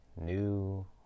New